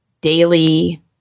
daily